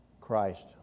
Christ